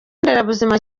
nderabuzima